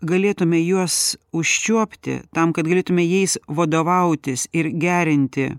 galėtume juos užčiuopti tam kad galėtume jais vadovautis ir gerinti